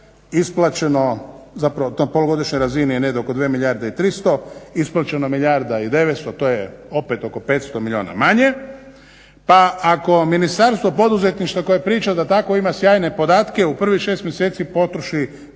isplaćeno, zapravo na toj polugodišnjoj razini je negdje oko 2 300 milijuna, isplaćeno 1 900 milijuna, to je opet oko 500 milijuna manje. Pa ako Ministarstvo poduzetništva koje priča da tako ima sjajne podatke u prvih 6 mjeseci potroši